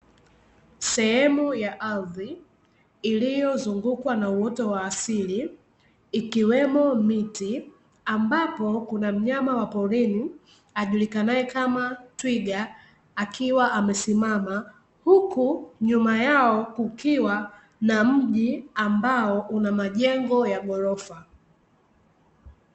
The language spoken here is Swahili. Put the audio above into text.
Sehemu ya ardhi iliyozungukwa na uoto wa asili ikiwemo miti, ambapo kuna mnyama wa porini ajulikanaye kama twiga akiwa amesimama. Huku nyuma yao kukiwa na mji ambao una majengo ya ghorofa.